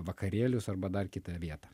vakarėlius arba dar kitą vietą